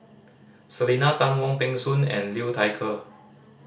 Selena Tan Wong Peng Soon and Liu Thai Ker